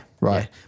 Right